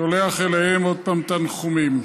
שולח אליהם, עוד פעם תנחומים.